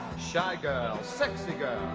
shy girls, sexy girls